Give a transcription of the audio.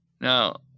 Now